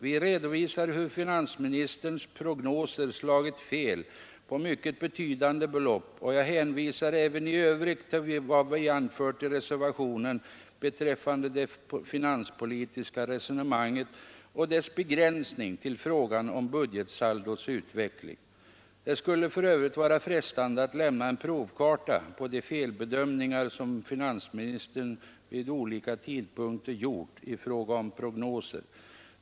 Vi redovisar hur finansministerns prognoser slagit fel på mycket betydande belopp, och jag hänvisar även i övrigt till vad vi anfört i reservationen beträffande det finanspolitiska resonemanget och dess begränsning till frågan om budgetsaldots utveckling. Det skulle för övrigt vara frestande att lämna en provkarta på de felbedömningar som finansministern vid olika tidpunkter gjort i fråga om prognoser.